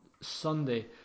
Sunday